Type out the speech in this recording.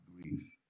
grief